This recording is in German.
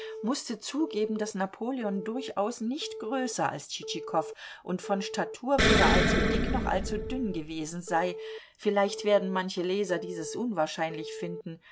mußte zugeben daß napoleon durchaus nicht größer als tschitschikow und von statur weder allzu dick noch allzu dünn gewesen sei vielleicht werden manche leser dieses unwahrscheinlich finden